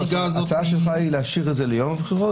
ההצעה שלך היא להשאיר את זה ליום הבחירות?